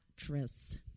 mattress